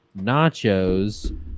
Nachos